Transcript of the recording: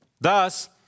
Thus